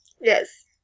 Yes